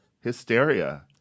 Hysteria